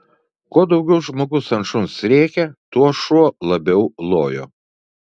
kuo daugiau žmogus ant šuns rėkė tuo šuo labiau lojo